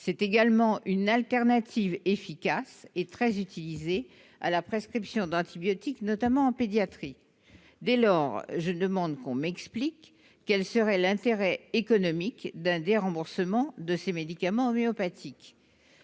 C'est également une alternative efficace et très employée à la prescription d'antibiotiques, notamment en pédiatrie. Dès lors, je demande que l'on m'explique quel serait l'intérêt économique d'un déremboursement des médicaments homéopathiques.